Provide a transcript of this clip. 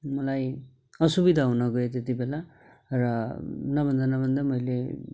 मलाई असुविधा हुन गयो त्यति बेला र नभन्दा नभन्दै मैले